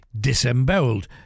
disemboweled